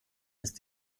ist